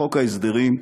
חוק ההסדרים,